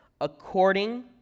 according